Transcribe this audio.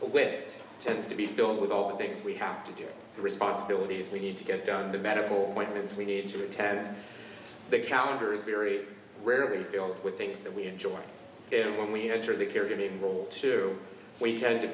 list tends to be filled with all the things we have to do the responsibilities we need to get done the medical appointments we need to attend the calendar is very rarely filled with things that we enjoy it when we enter the caregiving role too we tend to